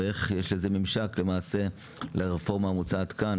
ואיך יש לזה ממשק למעשה לרפורמה המוצעת כאן?